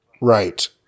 Right